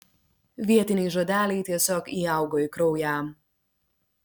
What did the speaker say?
vietiniai žodeliai tiesiog įaugo į kraują